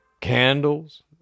candles